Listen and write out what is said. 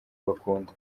bakunda